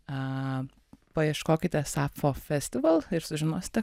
paieškokite sapfo festival ir sužinosite kur